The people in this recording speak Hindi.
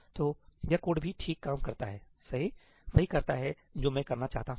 तो यह कोड भी ठीक काम करता है सही वही करता है जो मैं करना चाहता हूं